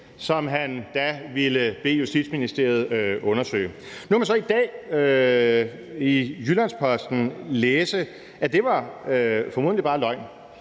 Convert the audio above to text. som han da ville bede Justitsministeriet undersøge. Nu kan man så i dag i Jyllands-Posten læse, at det formodentlig bare var løgn.